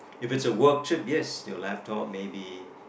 if it's a work trip yes your laptop maybe